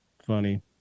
Funny